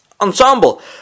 Ensemble